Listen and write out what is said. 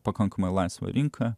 pakankamai laisvą rinką